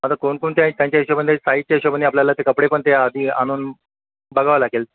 आता कोणकोणते आहेत त्यांच्या हिशोबाने साइझ साइझच्या हिशोबाने आपल्याला ते कपडेपण त्या आधी आणून बघावं लागेल